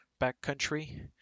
backcountry